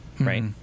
Right